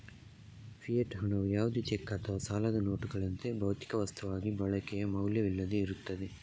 fiat ಹಣವು ಯಾವುದೇ cheque ಅಥವಾ ಸಾಲದ ನೋಟುಗಳಂತೆ, ಭೌತಿಕ ವಸ್ತುವಾಗಿ ಬಳಕೆಯ ಮೌಲ್ಯವಿಲ್ಲದೆ ಇರುತ್ತದೆ